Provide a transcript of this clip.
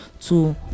two